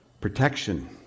protection